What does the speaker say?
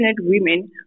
women